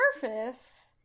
surface